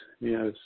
yes